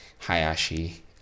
Hayashi